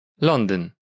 London